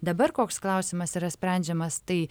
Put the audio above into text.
dabar koks klausimas yra sprendžiamas tai